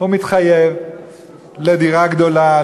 הוא מתחייב לדירה גדולה,